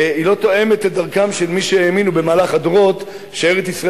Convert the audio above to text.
היא לא תואמת את דרכם של מי שהאמינו במהלך הדורות שארץ-ישראל